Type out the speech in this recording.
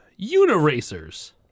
Uniracers